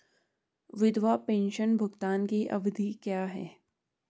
विधवा पेंशन भुगतान की अवधि क्या है?